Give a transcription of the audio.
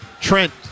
Trent